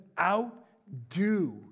outdo